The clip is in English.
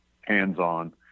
hands-on